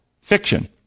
fiction